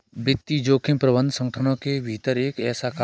वित्तीय जोखिम प्रबंधन संगठनों के भीतर एक ऐसा कार्य है